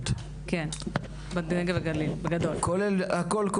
500. כן בנגב ובגליל, בגדול.